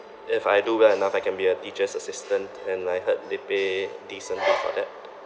if I do well enough I can be a teacher's assistant and I heard they pay decently for that